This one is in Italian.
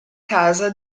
casa